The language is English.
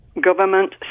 government